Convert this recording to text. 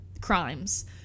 crimes